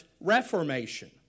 reformation